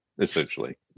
essentially